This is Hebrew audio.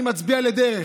אני מצביע לדרך.